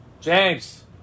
James